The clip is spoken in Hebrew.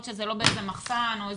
שזה לא באיזה מחסן או באיזה חדר מדרגות.